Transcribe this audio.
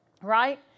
right